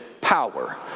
power